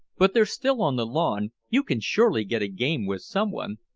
but they're still on the lawn. you can surely get a game with someone.